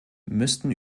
müssten